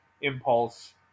Impulse